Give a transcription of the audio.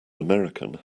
american